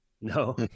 No